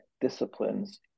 disciplines